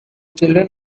children